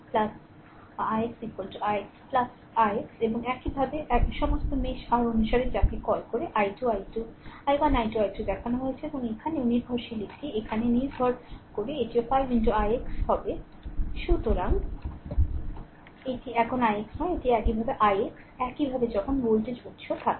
ix ix ' ix' 'এবং একইভাবে এবং সমস্ত মেশ r অনুসারে যাকে কল করে i1 i2 i3 দেখানো হয়েছে এবং এখানেও নির্ভরশীল এটি এখানে নির্ভর করে এটিও 5 ix হবে সুতরাং এটি এখন ix নয় এটি একইভাবে ix 'একইভাবে যখন ভোল্টেজ উৎস থাকে